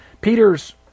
Peter's